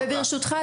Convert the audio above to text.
ברשותך,